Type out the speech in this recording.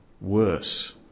worse